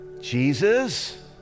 Jesus